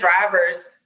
drivers